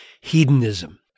hedonism